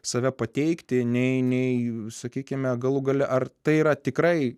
save pateikti nei nei sakykime galų gale ar tai yra tikrai